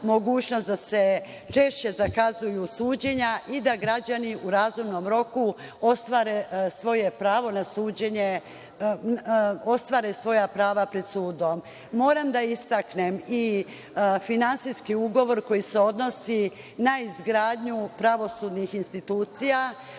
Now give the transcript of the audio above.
mogućnost da se češće zakazuju suđenja i da građani u razumnom roku ostvare svoja prava pred sudom. Moram da istaknem i finansijski ugovor koji se odnosi na izgradnju pravosudnih institucija,